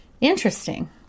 Interesting